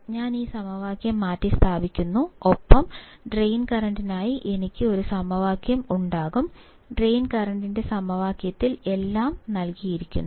ഞാൻ ഈ സമവാക്യം മാറ്റിസ്ഥാപിക്കുന്നു ഒപ്പം ഡ്രെയിൻ കറന്റിനായി എനിക്ക് ഒരു സമവാക്യം ഉണ്ടാകും ഡ്രെയിൻ കറന്റിന്റെ സമവാക്യത്തിൽ എല്ലാം നൽകിയിരിക്കുന്നു